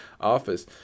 office